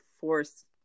force